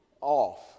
off